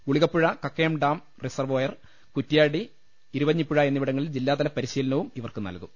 ഗുളികപ്പുഴ കക്കയംഡാം റിസർവോയർ കുറ്റ്യാടി ഇരുവഴിഞ്ഞിപ്പുഴ എന്നിവിടങ്ങൽ ജില്ലാതല പരിശീലനവും ഇവർക്കു നല്കും